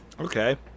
Okay